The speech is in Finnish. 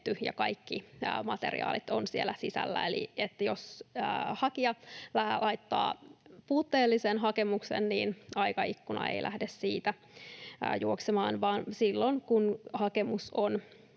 ja kaikki materiaalit ovat siellä sisällä. Eli että jos hakija laittaa puutteellisen hakemuksen, niin aikaikkuna ei lähde siitä juoksemaan, vaan silloin, kun hakemus on